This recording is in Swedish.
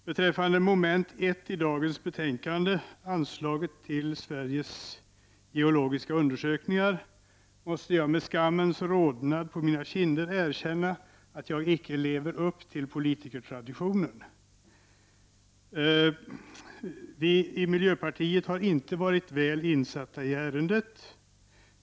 Beträffande mom. 1 i dagens betänkande — anslaget till Sveriges geologiska undersökning — måste jag med skammens rodnad på mina kinder erkänna att jag inte lever upp till politikertraditionen. Vi i miljöpartiet har inte varit väl insatta i ärendet.